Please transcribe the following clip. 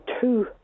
two